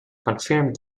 confirmed